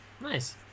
Nice